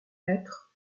hêtres